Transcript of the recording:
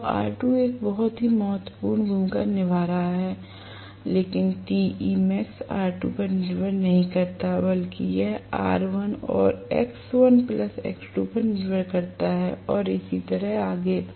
तो R2 एक बहुत ही महत्वपूर्ण भूमिका निभा रहा था लेकिन Temax R2 पर निर्भर नहीं करता है बल्कि यह R1 और X1 X2 पर निर्भर करता है और इसी तरह और आगे